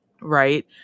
Right